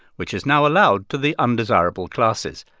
which is now allowed to the undesirable classes.